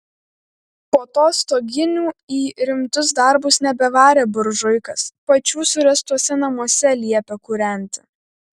po to stoginių į rimtus darbus nebevarė buržuikas pačių suręstuose namuose liepė kūrenti